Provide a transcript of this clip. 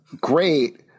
great